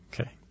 Okay